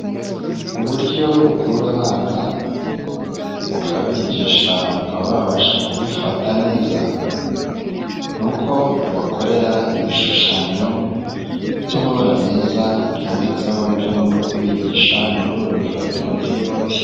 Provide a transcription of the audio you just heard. Mu buryo bukurura abana, ukabigisha bakaba babasha kubifata neza, ni uko ubakorera ibishushanyo by'amabara meza, byanditseho ibyo ugomba kubigisha nibwo babifata mu buryo bworoshye.